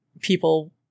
people